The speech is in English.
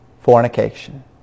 fornication